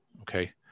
okay